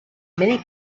many